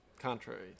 contrary